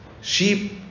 Sheep